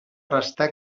restà